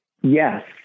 Yes